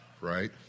right